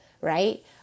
right